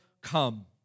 come